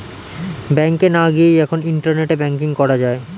ব্যাংকে না গিয়েই এখন ইন্টারনেটে ব্যাঙ্কিং করা যায়